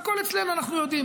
הכול אצלנו, אנחנו יודעים.